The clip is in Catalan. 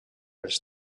els